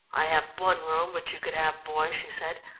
i have one room which you could have, boy, she said,